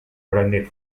oraindik